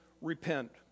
repent